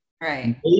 Right